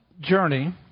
journey